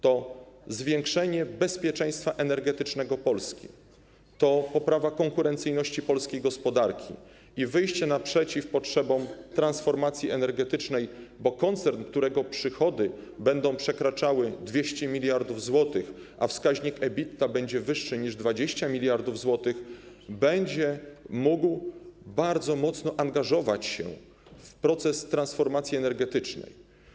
To zwiększenie bezpieczeństwa energetycznego Polski, to poprawa konkurencyjności polskiej gospodarki i wyjście naprzeciw potrzebom transformacji energetycznej, bo koncern, którego przychody będą przekraczały 200 mld zł, a wskaźnik EBITDA będzie wyższy niż 20 mld zł, będzie mógł bardzo mocno angażować się w proces transformacji energetycznej.